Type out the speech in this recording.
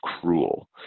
cruel